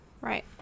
Right